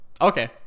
Okay